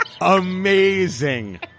amazing